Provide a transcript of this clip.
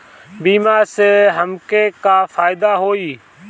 बीमा से हमके का फायदा होई?